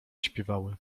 śpiewały